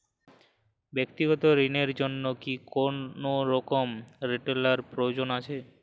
ব্যাক্তিগত ঋণ র জন্য কি কোনরকম লেটেরাল প্রয়োজন আছে?